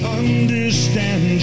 understand